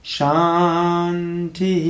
Shanti